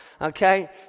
Okay